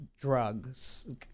drugs